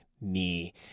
knee